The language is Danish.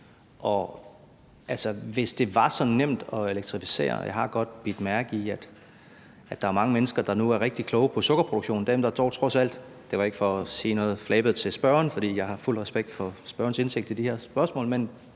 i forhold til at elektrificere. Jeg har godt bidt mærke i, at der er mange mennesker, der nu er rigtig kloge på sukkerproduktion. Det var ikke for at sige noget flabet til spørgeren, for jeg har fuld respekt for spørgerens indsigt i de her spørgsmål.